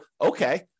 okay